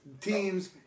teams